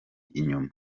inyuma